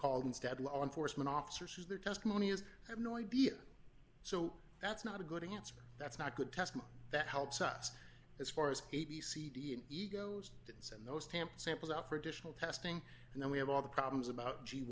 called instead law enforcement officers use their testimony as i have no idea so that's not a good answer that's not good test that helps us as far as a b cd and egos that send those stamped samples out for additional testing and then we have all the problems about g